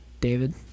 David